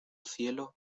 cielo